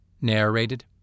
narrated